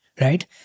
right